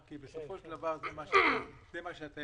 זה אומר שאם אני מסתכל על התקציב,